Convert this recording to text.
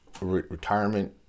retirement